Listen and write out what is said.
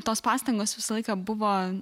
tos pastangos visą laiką buvo